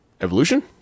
Evolution